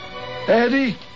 Eddie